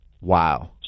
Wow